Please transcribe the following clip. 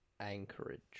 Anchorage